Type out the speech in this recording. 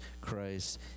Christ